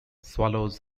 swallows